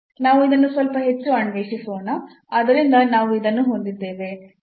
ನಾವು ಇದನ್ನು ಸ್ವಲ್ಪ ಹೆಚ್ಚು ಅನ್ವೇಷಿಸೋಣ